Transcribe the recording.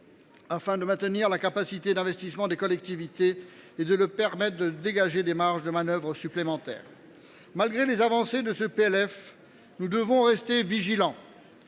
afin de maintenir la capacité d’investissement des collectivités et de leur permettre de dégager des marges de manœuvre supplémentaires. Malgré les avancées prévues dans ce PLF, nous devons rester vigilants.